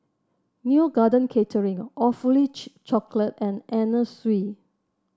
Neo Garden Catering Awfully Chocolate and Anna Sui